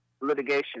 litigation